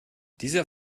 dieser